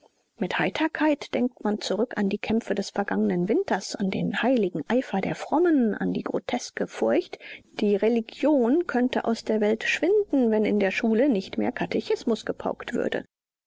mit heiterkeit denkt man zurück an die kämpfe des vergangenen winters an den heiligen eifer der frommen an die groteske furcht die religion könnte aus der welt schwinden wenn in der schule nicht mehr katechismus gepaukt würde